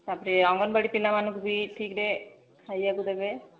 ତାପରେ ଅଙ୍ଗନବାଡ଼ି ପିଲାମାନଙ୍କୁ ବି ଠିକ୍ ରେ ଖାଇବାକୁ ଦେବେ